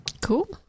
Cool